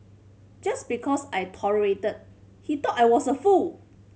just because I tolerated he thought I was a fool